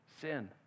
sin